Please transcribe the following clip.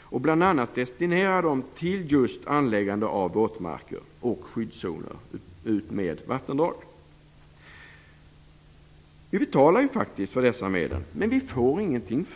och bl.a. destinera dem till just anläggande av våtmarker och skyddszoner utmed vattendragen. Vi betalar ju faktiskt för dessa medel, men vi får ingenting.